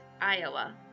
Iowa